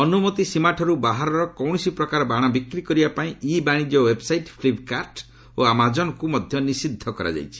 ଅନୁମତି ସୀମାଠାରୁ ବାହାର କୌଣସି ପ୍ରକାରର ବାଣ ବିକ୍ରି କରିବା ପାଇଁ ଇ ବାଶିଜ୍ୟ ଓ୍ୱେବ୍ସାଇଟ୍ ଫ୍ଲିପ୍କାର୍ଟ ଓ ଆମାଜନ୍କୁ ମଧ୍ୟ ନିଷିଦ୍ଧ କରାଯାଇଛି